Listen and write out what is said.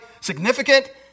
significant